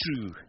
true